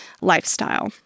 lifestyle